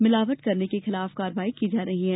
मिलावट करने के खिलाफ कार्यवाही की जा रही है